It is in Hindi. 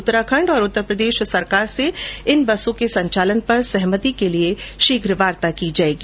उत्तराखंड और उत्तर प्रदेश सरकार से इन बसों के संचालन पर सहमति के लिए शीघ्र वार्ता की जाएगी